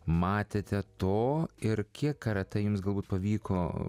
matėte to ir kiek karatė jums galbūt pavyko